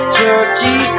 turkey